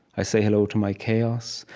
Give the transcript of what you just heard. i say hello to my chaos,